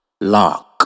lark